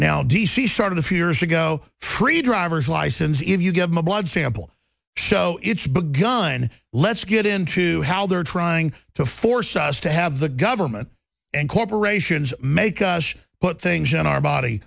now d c started a few years ago pre driver is license if you give my blood sample show it's begun let's get into how they're trying to force us to have the government and corporations make us put things on our body